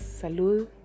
salud